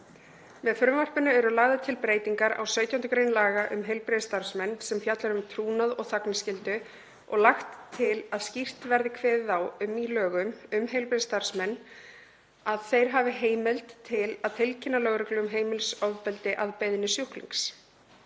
Með frumvarpinu eru lagðar til breytingar á 17. gr. laga um heilbrigðisstarfsmenn, sem fjallar um trúnað og þagnarskyldu, og lagt til að skýrt verði kveðið á um í lögum um heilbrigðisstarfsmenn að þeir hafi heimild til að tilkynna lögreglu um heimilisofbeldi að beiðni sjúklings.